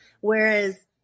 Whereas